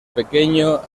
pequeño